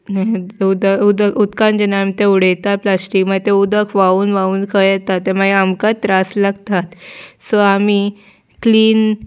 उदक उदक उदकान जेन्ना आमी तें उडयता प्लास्टीक मागीर तें उदक व्हांवून व्हांवून खंय येता तें मागीर आमकांच त्रास लागतात सो आमी क्लीन